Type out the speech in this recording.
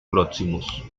próximos